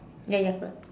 ya ya correct